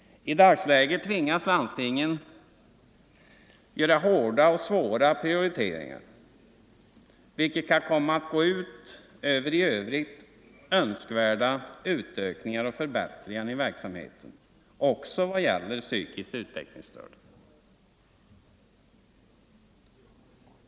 I dagsläget tvingas landstingen göra hårda och svåra prioriteringar, vilket kan komma att gå ut över i övrigt önskvärda utökningar och förbättringar i verksamheten också vad gäller de psykiskt utvecklingsstörda.